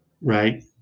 right